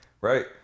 right